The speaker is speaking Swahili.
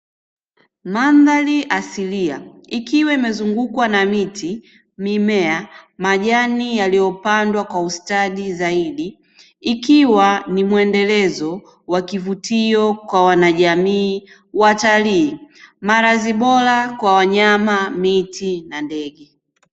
Mandhari asilia ikiwa imezungukwa na miti mimea majani yaliyopandwa kwa ustadi zaidi, ikiwa ni mwendelezo wakivutio kwa wanajamii watalii maradhi bora kwa wanyama miti na ndege.